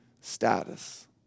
status